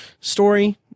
story